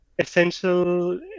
essential